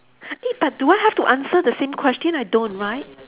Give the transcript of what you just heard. eh but do I have to answer the same question I don't right